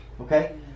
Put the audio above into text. Okay